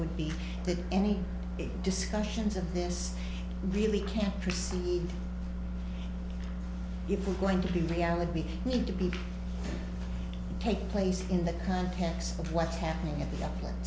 would be that any discussions of this really can't proceed if we're going to do reality we need to be taking place in the context of what's happening